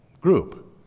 group